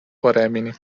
paremini